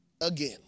again